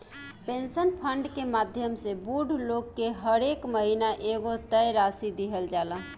pension fund के माध्यम से बूढ़ लोग के हरेक महीना एगो तय राशि दीहल जाला